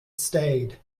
stayed